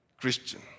Christian